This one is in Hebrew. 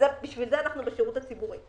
בשביל זה אנחנו בשירות הציבורי.